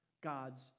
God's